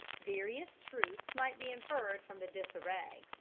various truths might be inferred from the disarray.